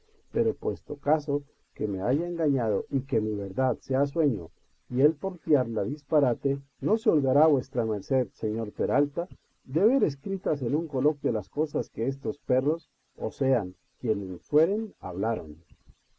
pero puesto caso que me haya engañado y que mi verdad sea sueño y el porfiarla disparate no se holgará vuesa merced sentild e or peralta de ver escritas en un coloquio las cosas que estos perros o sean quien fueren hablaron